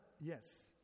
yes